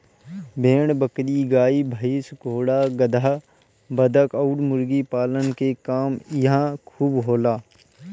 भेड़ बकरी, गाई भइस, घोड़ा गदहा, बतख अउरी मुर्गी पालन के काम इहां खूब होला